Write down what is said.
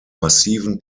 massiven